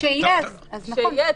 כשיהיה,